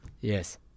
Yes